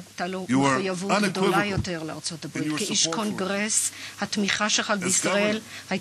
you were unequivocal in your support for Israel.